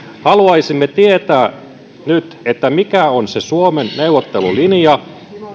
haluaisimme tietää nyt mikä on se suomen neuvottelulinja